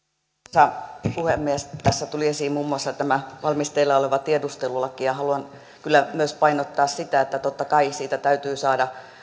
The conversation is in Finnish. arvoisa puhemies tässä tuli esiin muun muassa valmisteilla oleva tiedustelulaki haluan kyllä myös painottaa sitä että totta kai siitä täytyy saada